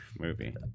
movie